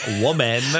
woman